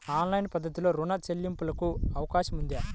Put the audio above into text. Online పద్ధతిలో రుణ చెల్లింపునకు అవకాశం ఉందా?